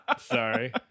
sorry